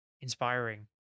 inspiring